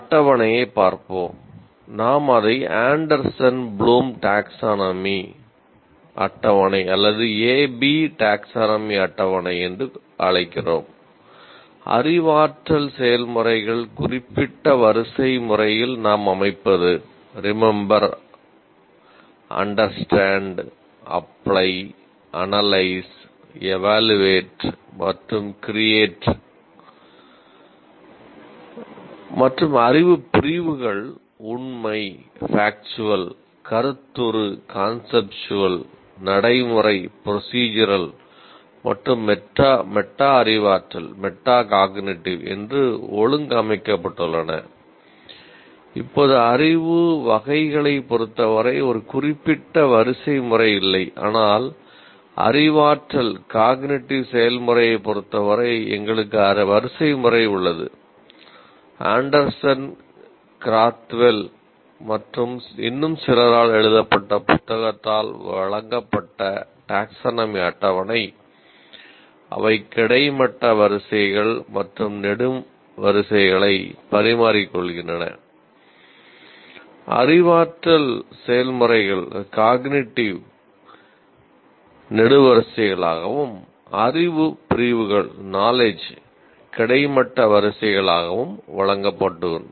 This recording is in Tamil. அட்டவணையைப் பார்ப்போம் நாம் அதை ஆண்டர்சன் ப்ளூம் டாக்சோனாமி பிரிவுகள் கிடைமட்ட வரிசைகளாகவும் வழங்கப்படுகின்றன